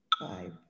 five